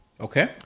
Okay